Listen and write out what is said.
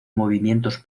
movimientos